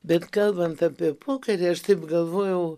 bet kalbant apie pokarį aš taip galvojau